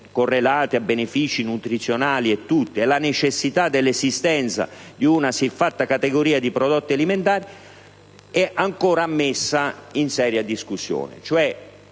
correlati a benefici nutrizionali, la necessità dell'esistenza di una siffatta categoria di prodotti alimentari è ancora messa in seria discussione.